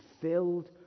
filled